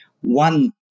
one